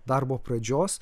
darbo pradžios